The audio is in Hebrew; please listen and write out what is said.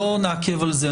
לא נעכב על זה.